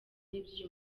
n’ibyo